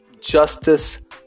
justice